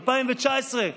2019,